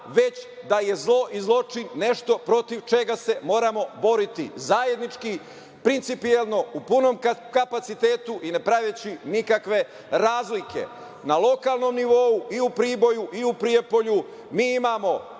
već da je zlo i zločin nešto protiv čega se moramo boriti zajednički, principijelno, u punom kapacitetu i ne praveći nikakve razlike. Na lokalnom nivou i u Priboju i u Prijepolju mi imamo